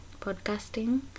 podcasting